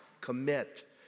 commit